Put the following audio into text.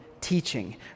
teaching